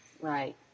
Right